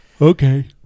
Okay